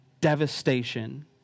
devastation